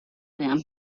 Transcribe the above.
them